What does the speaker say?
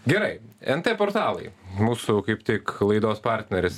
gerai nt portalai mūsų kaip tik laidos partneris